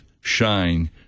Shine